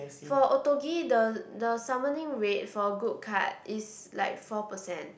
for Otogi the the summoning rate for a good card is like four percent